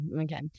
okay